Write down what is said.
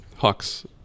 Hux